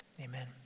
amen